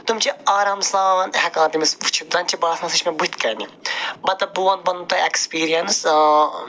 تِم چھِ آرام سان ہٮ۪کان تٔمِس وٕچھِتھ زَنہٕ چھِ باسان سُہ چھِ مےٚ بٕتھِ کَنہِ مطلب بہٕ وَنہٕ پَنُن تۄہہِ اٮ۪کٕسپیٖریَنٕس